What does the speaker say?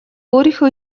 өөрийнхөө